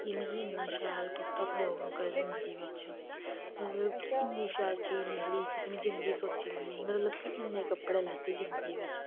कि मिगी इन्ना शैल कुर्ता थ्होग जिंदगी बिच मतलब कि इन्नी शैल चीज निकली एह् चीज में जिंदगी च सोची दी बी नेईं ही के इन्ने कपड़े लैते जिंदगी बिच